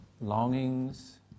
longings